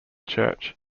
church